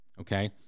okay